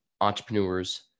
entrepreneurs